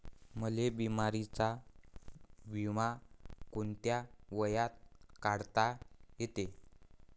मले बिमारीचा बिमा कोंत्या वयात काढता येते?